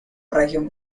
región